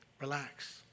Relax